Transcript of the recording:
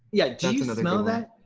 yeah, do you and smell that?